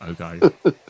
okay